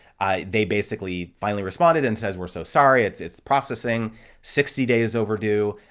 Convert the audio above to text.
they basically finally responded and says, we're so sorry. it's it's processing sixty days overdue.